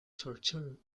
tortured